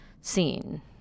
scene